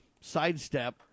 sidestep